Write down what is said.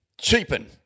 cheapen